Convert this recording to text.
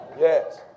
yes